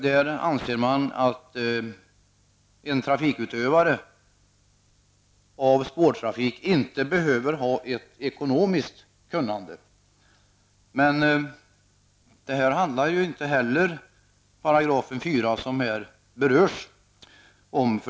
Man anser att en person som bedriver spårtrafik inte behöver ha ett ekonomiskt kunnande. Men om detta handlar ju inte heller 4 § i förslaget, som här berörs.